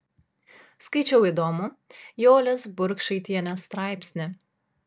skaičiau įdomų jolės burkšaitienės straipsnį